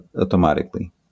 automatically